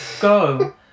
go